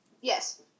Yes